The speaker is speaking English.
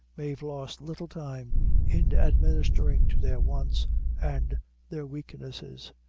mave lost little time in administering to their wants and their weaknesses.